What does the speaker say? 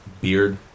beard